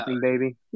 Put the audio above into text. baby